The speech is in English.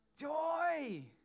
Joy